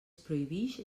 prohibix